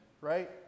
right